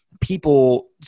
people